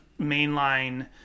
mainline